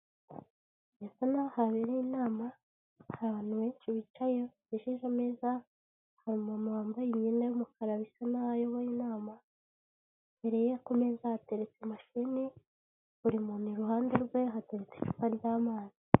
Iyo abayobozi basoje inama bari barimo hari ahantu habugenewe bahurira bakiga ku myanzuro yafashwe ndetse bakanatanga n'umucyo ku bibazo byagiye bigaragazwa ,aho hantu iyo bahageze baraniyakira.